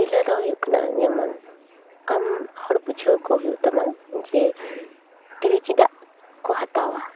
ᱯᱳᱭᱞᱟᱹ ᱫᱚ ᱦᱩᱭᱩᱜ ᱠᱟᱱᱟ ᱡᱮᱢᱚᱱ ᱟᱢ ᱦᱚᱲ ᱵᱩᱡᱷᱟᱹᱣ ᱠᱚ ᱦᱩᱭᱩᱜ ᱛᱟᱢᱟ ᱡᱮ ᱴᱤᱵᱤ ᱪᱮᱫᱟᱜ ᱠᱚ ᱦᱟᱛᱟᱣᱟ